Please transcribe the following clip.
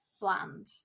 bland